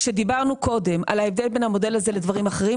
כשדיברנו קודם על ההבדל בין המודל הזה לדברים אחרים,